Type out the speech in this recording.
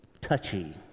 touchy